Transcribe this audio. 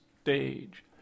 stage